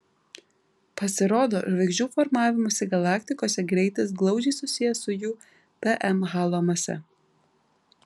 pasirodo žvaigždžių formavimosi galaktikose greitis glaudžiai susijęs su jų tm halo mase